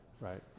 right